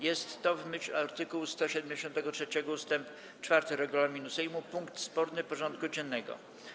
Jest to, w myśl art. 173 ust. 4 regulaminu Sejmu, punkt sporny porządku dziennego.